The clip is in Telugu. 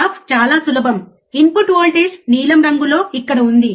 గ్రాఫ్ చాలా సులభం ఇన్పుట్ వోల్టేజ్ నీలం రంగులో ఇక్కడ ఉంది